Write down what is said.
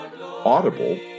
Audible